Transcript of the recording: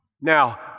Now